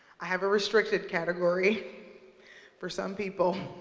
i have a restricted category for some people,